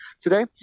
today